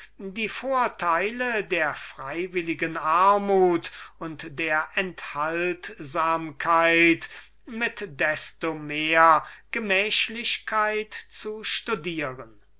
die vorteile der freiwilligen armut und der enthaltsamkeit mit desto mehr gemächlichkeit zu studieren